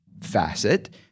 facet